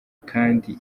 kandi